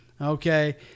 Okay